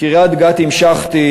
מקריית-גת המשכתי,